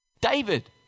David